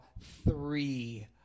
three